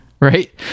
Right